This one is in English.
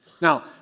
Now